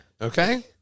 okay